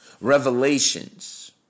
revelations